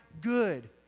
good